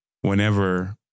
Whenever